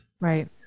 Right